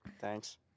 Thanks